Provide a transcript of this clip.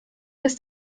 ist